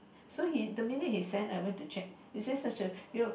so he the minute he send I went to check is there such a